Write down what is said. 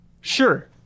sure